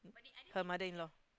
her mother in law